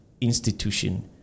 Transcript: institution